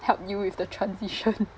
helped you with the transition